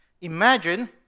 Imagine